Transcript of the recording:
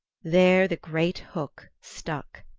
there the great hook stuck.